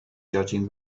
judging